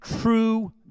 true